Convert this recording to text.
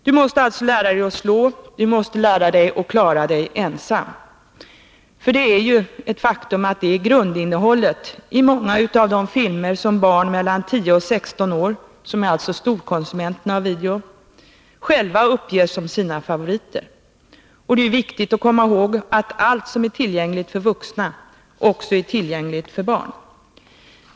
Du måste alltså lära dig att slå, du måste lära dig att klara dig ensam. För det är ett faktum att det är grundinnehållet i många av de filmer som barn mellan tio och sexton år — alltså storkonsumenterna av video — själva uppger som sina favoriter. Det är viktigt att komma ihåg att allt som är tillgängligt för vuxna också är tillgängligt för barn.